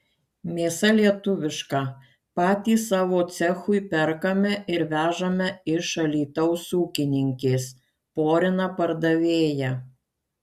mėsa lietuviška patys savo cechui perkame ir vežame iš alytaus ūkininkės porina pardavėja